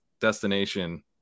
destination